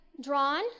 drawn